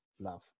Love